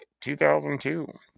2002